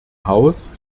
haus